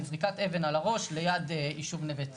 מזריקת אבן על הראש ליד יישוב נווה צוף.